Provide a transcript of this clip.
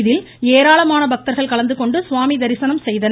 இதில் ஏராளமான பக்தர்கள் கலந்துகொண்டு சுவாமி தரிசனம் செய்தனர்